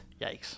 Yikes